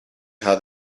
how